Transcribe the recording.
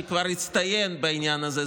שכבר הצטיין בעניין הזה,